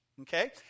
okay